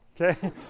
Okay